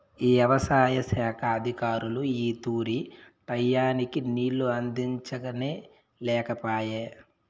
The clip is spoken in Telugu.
యవసాయ శాఖ అధికారులు ఈ తూరి టైయ్యానికి నీళ్ళు అందించనే లేకపాయె